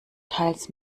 teils